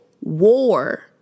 war